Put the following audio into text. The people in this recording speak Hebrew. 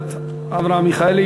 הכנסת אברהם מיכאלי.